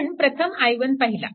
आपण प्रथम i1 पाहिला